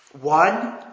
One